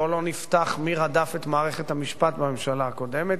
בוא לא נפתח מי רדף את מערכת המשפט בממשלה הקודמת,